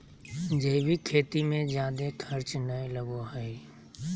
जैविक खेती मे जादे खर्च नय लगो हय